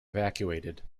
evacuated